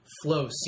Flow